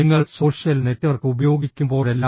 നിങ്ങൾ social network ഉപയോഗിക്കുമ്പോഴെല്ലാം